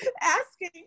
asking